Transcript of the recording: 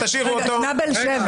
תשאירו אותו.